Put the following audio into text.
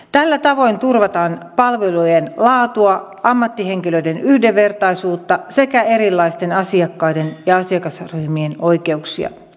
tällä tavoin turvataan palvelujen laatua ammattihenkilöiden yhdenvertaisuutta sekä erilaisten asiakkaiden ja asiakasryhmien oikeuksia